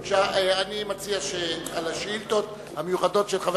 אני מציע שעל השאילתות המיוחדות של חבר